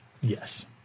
Yes